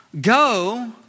Go